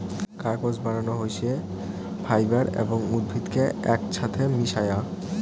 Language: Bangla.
কাগজ বানানো হইছে ফাইবার এবং উদ্ভিদ কে একছাথে মিশায়া